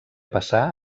passar